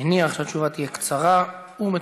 אני מניח שהתשובה תהיה קצרה ומתומצתת.